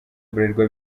bralirwa